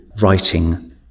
writing